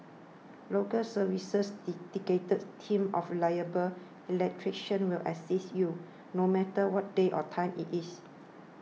Local Service's dedicated team of reliable electricians will assist you no matter what day or time it is